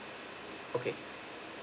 okay